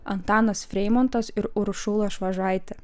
antanas freimontas ir uršula švažaitė